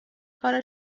کار